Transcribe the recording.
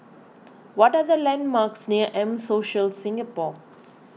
what are the landmarks near M Social Singapore